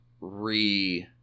re